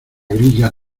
grilla